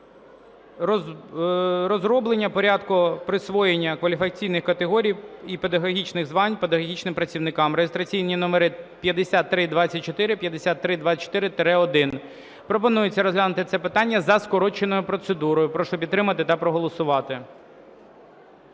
розроблення порядку присвоєння кваліфікаційних категорій і педагогічних звань педагогічним працівникам (реєстраційні номери 5324 і 5324-1). Пропонується розглянути це питання за скороченою процедурою. Прошу підтримати та проголосувати.